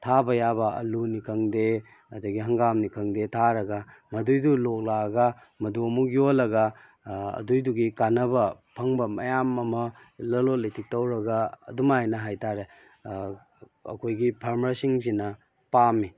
ꯊꯥꯕ ꯌꯥꯕ ꯑꯂꯨꯅꯤ ꯈꯪꯗꯦ ꯑꯗꯒꯤ ꯍꯪꯒꯥꯝꯅꯤ ꯈꯪꯗꯦ ꯊꯥꯔꯒ ꯃꯗꯨꯏꯗꯣ ꯂꯣꯛꯂꯛꯂꯒ ꯃꯗꯨ ꯑꯃꯨꯛ ꯌꯣꯜꯂꯒ ꯑꯗꯨꯏꯗꯨꯒꯤ ꯀꯥꯟꯅꯕ ꯐꯪꯕ ꯃꯌꯥꯝ ꯑꯃ ꯂꯂꯣꯟ ꯏꯇꯤꯛ ꯇꯧꯔꯒ ꯑꯗꯨꯃꯥꯏꯅ ꯍꯥꯏ ꯇꯥꯔꯦ ꯑꯩꯈꯣꯏꯒꯤ ꯐꯥꯔꯃꯔꯁꯤꯡꯁꯤꯅ ꯄꯥꯝꯃꯤ